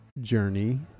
journey